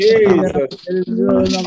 Jesus